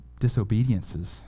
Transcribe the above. disobediences